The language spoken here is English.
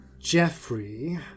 Jeffrey